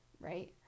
right